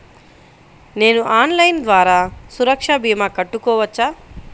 నేను ఆన్లైన్ ద్వారా సురక్ష భీమా కట్టుకోవచ్చా?